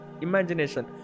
imagination